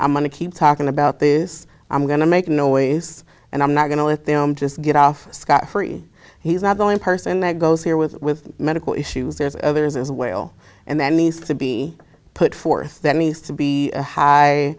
i'm going to keep talking about this i'm going to make noise and i'm not going to let them just get off scot free he's not going person that goes here with with medical issues there's others as well and that needs to be put forth that means to be a high